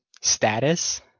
status